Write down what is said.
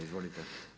Izvolite.